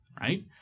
Right